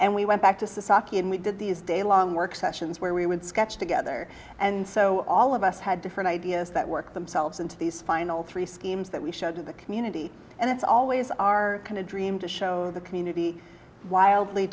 and we went back to saki and we did these day long work sessions where we would sketch together and so all of us had different ideas that work themselves into these final three schemes that we showed to the community and it's always our dream to show the community wildly